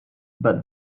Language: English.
but